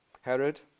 Herod